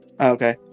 okay